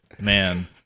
Man